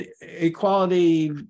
equality